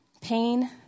pain